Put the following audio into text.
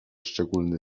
szczególny